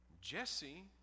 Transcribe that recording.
Jesse